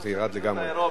על דוח